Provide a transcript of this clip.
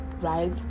right